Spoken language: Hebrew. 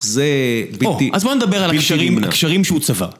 זה בלתי... או, אז בוא נדבר על הקשרים, הקשרים שהוא צפה.